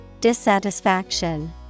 Dissatisfaction